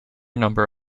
number